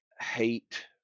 Hate